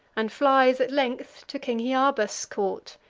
and flies at length to king hyarba's court.